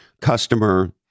customer